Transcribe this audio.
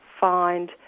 find